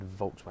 Volkswagen